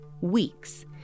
weeks